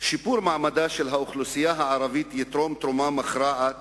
שיפור מעמדה של האוכלוסייה הערבית יתרום תרומה מכרעת